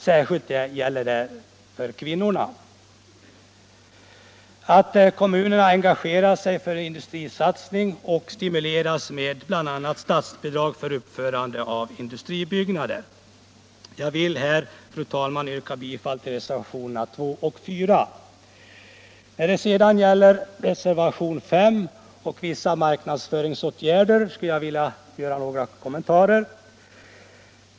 Särskilt viktigt är det för kvinnorna att kommunerna engagerar sig för en industrisatsning och att företagen stimuleras, bl.a. med statsbidrag, för uppförande av industribyggnader. Jag vill här, fru talman, yrka bifall till reservationerna 2 och 4. Vad sedan beträffar reservationen 5 om vissa marknadsföringsåtgärder vill jag göra några kommentarer.